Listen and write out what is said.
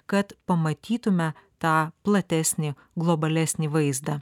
kad pamatytume tą platesnį globalesnį vaizdą